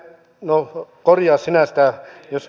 no korjaa sinä sitä jos